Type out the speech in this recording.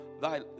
thy